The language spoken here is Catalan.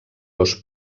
dos